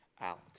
out